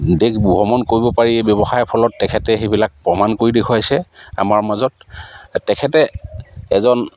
দেশ ভ্ৰমণ কৰিব পাৰি এই ব্যৱসায়ৰ ফলত তেখেতে সেইবিলাক প্ৰমাণ কৰি দেখুৱাইছে আমাৰ মাজত তেখেতে এজন